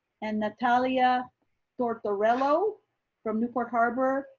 and natalia tortorello from newport harbor,